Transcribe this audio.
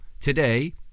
today